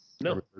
No